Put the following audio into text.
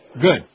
Good